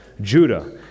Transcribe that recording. Judah